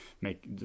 make